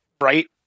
right